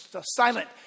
silent